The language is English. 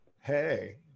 Hey